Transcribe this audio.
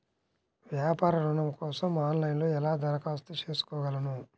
వ్యాపార ఋణం కోసం ఆన్లైన్లో ఎలా దరఖాస్తు చేసుకోగలను?